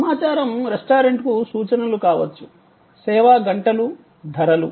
సమాచారం రెస్టారెంట్కు సూచనలు కావచ్చు సేవా గంటలు ధరలు